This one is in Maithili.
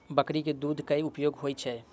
बकरी केँ दुध केँ की उपयोग होइ छै?